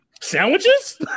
Sandwiches